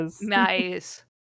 nice